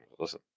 Listen